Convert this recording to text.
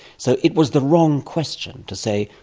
so it was the wrong question to say,